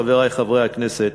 חברי חברי הכנסת,